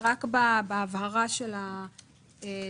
הצבעה סעיף 4 אושר סעיף 4 אושר.